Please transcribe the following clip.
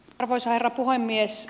arvoisa herra puhemies